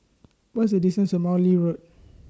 What IS distance to Morley Road